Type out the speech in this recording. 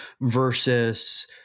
versus